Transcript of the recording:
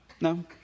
No